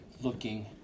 looking